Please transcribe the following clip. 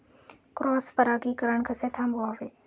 Cross परागीकरण कसे थांबवावे?